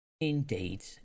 Indeed